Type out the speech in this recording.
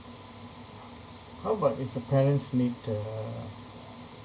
how about if the parents need uh